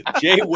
Jay